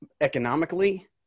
economically